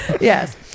Yes